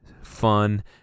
fun